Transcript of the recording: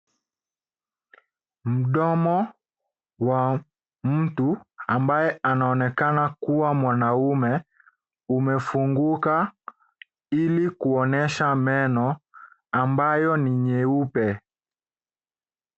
Mdomo wa mtu ambaye anaonekana kuwa mwanaume, umefunguka ili kuonyesha meno ambayo ni nyeupe.